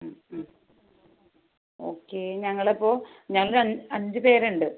okay ഞങ്ങൾ അപ്പോൾ ഞങ്ങൾ രൺ അഞ്ച് പേരുണ്ട്